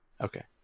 Okay